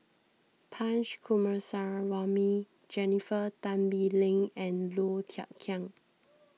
Punch Coomaraswamy Jennifer Tan Bee Leng and Low Thia Khiang